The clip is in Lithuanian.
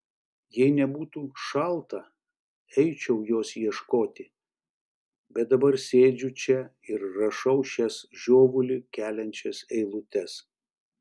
jei nebūtų šalta eičiau jos ieškoti bet dabar sėdžiu čia ir rašau šias žiovulį keliančias eilutes